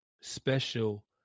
special